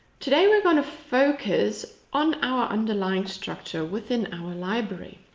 today we're going to focus on our underlying structure within our library.